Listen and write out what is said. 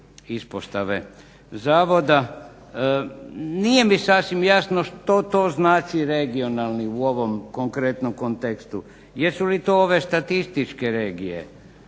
ispostave zavoda. Nije mi sasvim jasno što to znači regionalni u ovom konkretnom kontekstu, jesu li to ove statističke regije